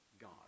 God